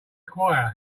choir